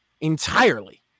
entirely